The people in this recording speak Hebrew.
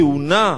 כהונה,